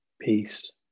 peace